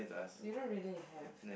you don't really have